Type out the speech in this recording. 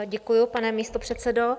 Děkuji, pane místopředsedo.